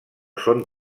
són